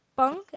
Punk